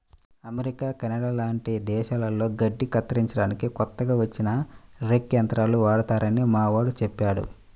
America, Canada లాంటి దేశాల్లో గడ్డి కత్తిరించడానికి కొత్తగా వచ్చిన రేక్ యంత్రాలు వాడతారని మావోడు చెప్పాడు